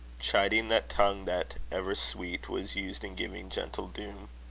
chiding that tongue that, ever sweet, was used in giving gentle doom,